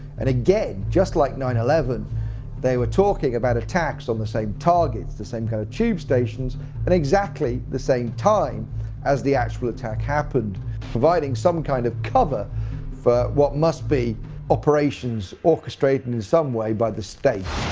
and again, just like on nine eleven they were talking about attacks on the same targets, the same kind of tube stations at the exactly the same time as the actual attack happened providing some kind of cover for what must be operations orchestrating in some way by the state.